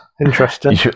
Interesting